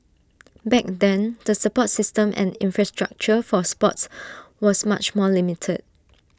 back then the support system and infrastructure for sports was much more limited